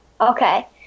okay